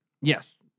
Yes